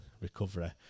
recovery